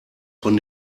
von